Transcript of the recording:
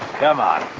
come on,